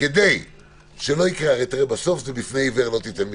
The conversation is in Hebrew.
הרי בסוף זה בפני עיוור לא תיתן מכשול.